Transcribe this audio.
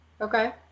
Okay